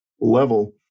level